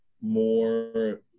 more